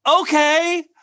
okay